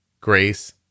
Grace